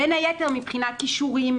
בין היתר מבחינת כישורים,